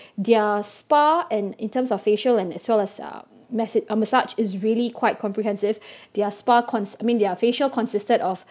their spa and in terms of facial and as well as uh massage uh massage is really quite comprehensive their spa cons~ I mean their facial consisted of